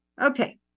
Okay